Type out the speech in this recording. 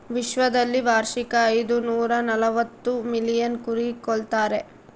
ವಿಶ್ವದಲ್ಲಿ ವಾರ್ಷಿಕ ಐದುನೂರನಲವತ್ತು ಮಿಲಿಯನ್ ಕುರಿ ಕೊಲ್ತಾರೆ